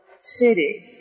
city